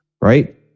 right